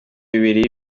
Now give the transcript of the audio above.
bibiri